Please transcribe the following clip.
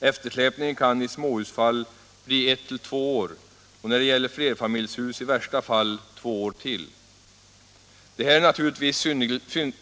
Eftersläpningen kan i småhusfall bli ett till två år och när det gäller flerfamiljshus i värsta fall två år till. Det här är naturligtvis